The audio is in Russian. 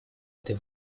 этой